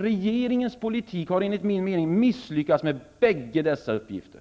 Regeringens politik har enligt min mening misslyckats med båda dessa uppgifter.